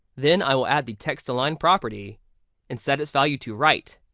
then i will add the text align property and set its value too right.